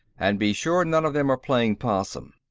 and be sure none of them are playing possum.